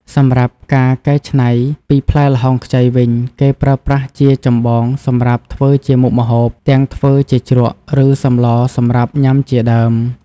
សម្រាប់ការកែច្នៃពីផ្លែល្ហុងខ្ចីវិញ គេប្រើប្រាស់ជាចម្បងសម្រាប់ធ្វើជាមុខម្ហូប ទាំងធ្វើជាជ្រក់ ឬសម្លរ សម្រាប់ញាំជាដើម។